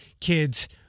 kids